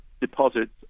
deposits